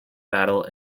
battle